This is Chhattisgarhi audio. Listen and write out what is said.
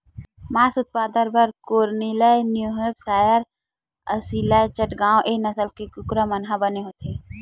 मांस उत्पादन बर कोरनिलए न्यूहेपसायर, असीलए चटगाँव ए नसल के कुकरा मन ह बने होथे